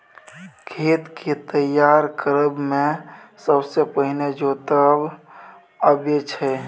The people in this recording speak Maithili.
खेत केँ तैयार करब मे सबसँ पहिने जोतब अबै छै